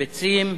ביצים,